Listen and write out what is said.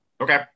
Okay